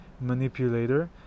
manipulator